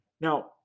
Now